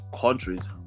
countries